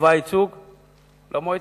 תתבע ייצוג למועצה.